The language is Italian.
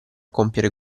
compiere